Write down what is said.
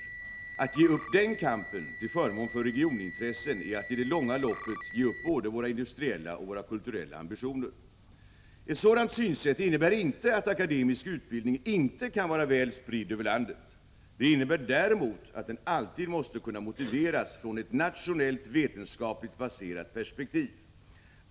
Att ge upp den kampen till förmån för regionintressen är att i det långa loppet ge upp både våra industriella och våra kulturella ambitioner. Ett sådant synsätt innebär inte att akademisk utbildning inte kan vara väl spridd över landet. Det innebär däremot att den alltid måste kunna motiveras från ett nationellt vetenskapligt baserat perspektiv.